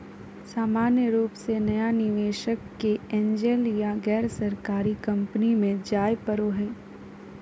सामान्य रूप से नया निवेशक के एंजल या गैरसरकारी कम्पनी मे जाय पड़ो हय